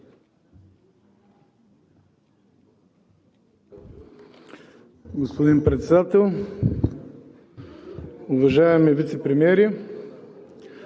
господин Председател, уважаеми вицепремиери,